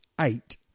eight